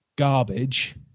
garbage